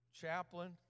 chaplain